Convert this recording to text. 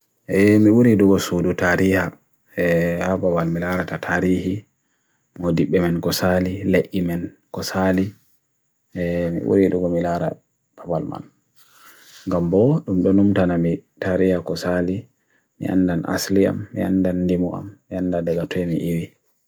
e mwurirugosu du taria, haf babal milara ta tarihi, mwodib e man kosali, le imen kosali, mwurirugomilara babal man. Gambo, umdunum tana me taria kosali, meyandan asliyam, meyandan demuam, meyandan degotrini ewe.